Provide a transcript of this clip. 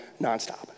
nonstop